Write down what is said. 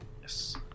Yes